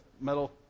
metal